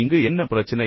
இங்கு என்ன பிரச்சினை